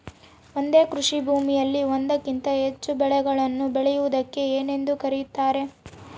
ಒಂದೇ ಕೃಷಿಭೂಮಿಯಲ್ಲಿ ಒಂದಕ್ಕಿಂತ ಹೆಚ್ಚು ಬೆಳೆಗಳನ್ನು ಬೆಳೆಯುವುದಕ್ಕೆ ಏನೆಂದು ಕರೆಯುತ್ತಾರೆ?